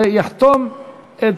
ויחתום את